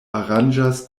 aranĝas